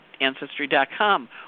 Ancestry.com